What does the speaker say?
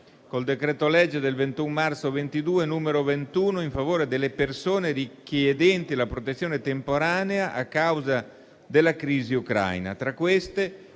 il decreto-legge del 21 marzo 2022, n. 21, in favore delle persone richiedenti la protezione temporanea a causa della crisi ucraina. Tra queste,